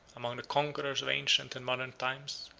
among the conquerors of ancient and modern times,